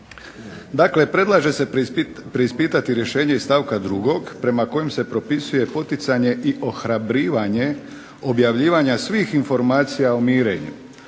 Dakle, predlaže se preispitati rješenje iz stavka 2. prema kojem se propisuje poticanje i ohrabrivanje objavljivanja svih informacija o mirenju,